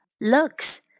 looks